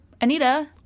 anita